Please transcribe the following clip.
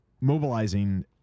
mobilizing